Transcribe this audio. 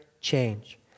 change